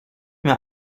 mir